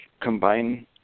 combine